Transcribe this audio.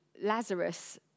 Lazarus